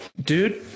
dude